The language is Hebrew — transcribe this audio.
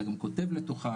אתה גם כותב לתוכן,